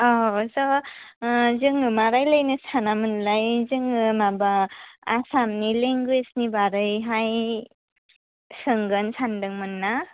जोङो जोङो मा रायलाइनो सानामोनलाय जोङो माबा आसामनि लेंगुयसनि बारैहाय सोंगोन सानदोंमोन ना